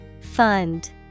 Fund